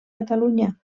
catalunya